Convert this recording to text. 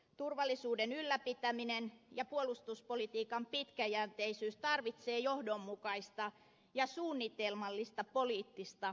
turvallisuuden ylläpitäminen ja puolustuspolitiikan pitkäjänteisyys tarvitsee johdonmukaista ja suunnitelmallista poliittista yhteistyötä